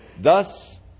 Thus